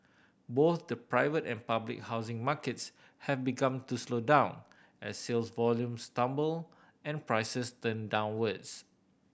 both the private and public housing markets have begun to slow down as sales volumes tumble and prices turn downwards